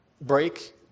break